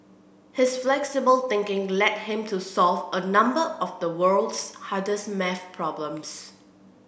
his flexible thinking led him to solve a number of the world's hardest maths problems